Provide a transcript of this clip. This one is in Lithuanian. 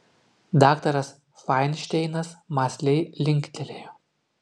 daktaras fainšteinas mąsliai linktelėjo